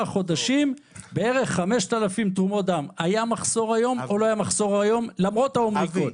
חודשים בערך 5,000 תרומות דם היה היום מחסור או לא למרות האומיקרון?